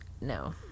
no